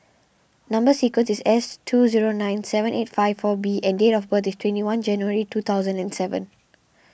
Number Sequence is S two zero nine seven eight five four B and date of birth is twenty one January two thousand and seven